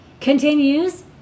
continues